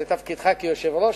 זה תפקידך כיושב-ראש,